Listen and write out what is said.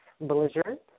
belligerent